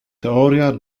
teoria